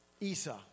Esau